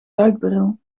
duikbril